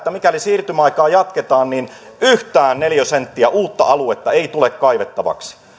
mikäli siirtymäaikaa jatketaan niin yhtään neliösenttiä uutta aluetta ei tule kaivettavaksi